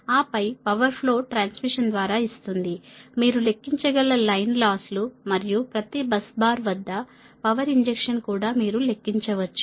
ఆపై power flow transmission ద్వారా ఇస్తుంది మీరు లెక్కించగల లైన్ లాస్లు మరియు ప్రతి బస్ బార్ వద్ద పవర్ ఇంజెక్షన్ కూడా మీరు లెక్కించవచ్చు